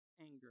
anger